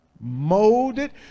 Molded